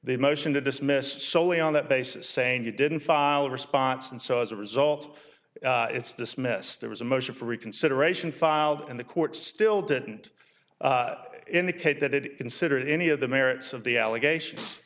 the motion to dismiss solely on that basis saying you didn't file a response and so as a result it's dismissed there was a motion for reconsideration filed and the court still didn't indicate that it considered any of the merits of the allegations